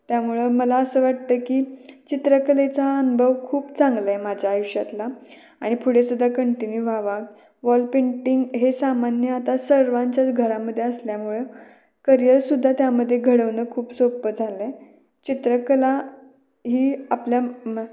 त्यामुळं मला असं वाटतं की चित्रकलेचा अनुभव खूप चांगला आहे माझ्या आयुष्यातला आणि पुढे सुद्धा कंटिन्यू व्हावा वॉल पेंटिंग हे सामान्य आता सर्वांच्याच घरामध्ये असल्यामुळं करिअरसुद्धा त्यामध्ये घडवणं खूप सोप्पं झालं आहे चित्रकला ही आपल्या